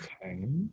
Okay